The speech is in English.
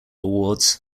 awards